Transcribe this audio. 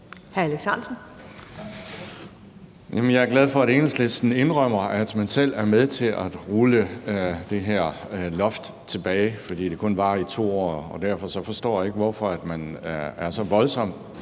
Jeg er glad for, at Enhedslisten indrømmer, at man selv er med til at rulle det her loft tilbage, fordi det kun varer i 2 år, og derfor forstår jeg ikke, hvorfor man er så voldsom